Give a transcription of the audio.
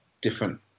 different